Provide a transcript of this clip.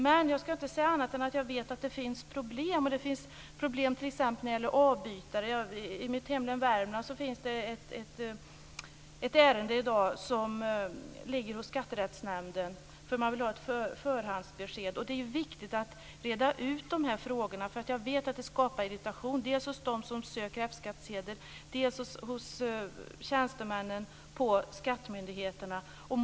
Men jag ska inte säga annat än att jag vet att det finns problem. Det finns problem t.ex. när det gäller avbytare. I mitt hemlän Värmland finns det ett ärende i dag som ligger hos skatterättsnämnden därför att man vill ha ett förhandsbesked. Det är ju viktigt att reda ut de här frågorna. Jag vet att det skapar irritation, dels hos dem som söker F-skattsedel, dels hos tjänstemännen på skattemyndigheterna.